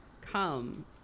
come